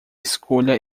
escolha